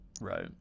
Right